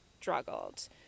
struggled